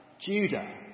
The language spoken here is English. Judah